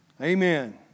Amen